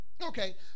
Okay